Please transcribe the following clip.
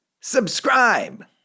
subscribe